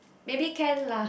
maybe can lah